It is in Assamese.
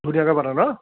ধুনীয়াকৈ পাতে ন